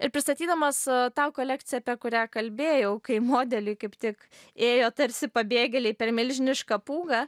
ir pristatydamas tą kolekciją apie kurią kalbėjau kai modeliai kaip tik ėjo tarsi pabėgėliai per milžinišką pūgą